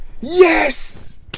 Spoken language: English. Yes